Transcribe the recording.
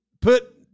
put